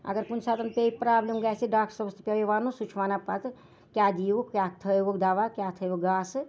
اَگَر کُنہِ ساتَن پرابلَم گَژھِ ڈاکٹَر صٲبَس تہِ پیٚیہِ وَنُن سُہ چھُ وَنان پَتہٕ کیاہ دیٖوُکھ کیاہ تھٲوُکھ دَوا کیاہ تھٲوُکھ گاسہٕ